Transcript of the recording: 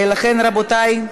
לכן, רבותי,